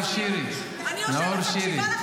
חבר הכנסת נאור שירי, נאור שירי.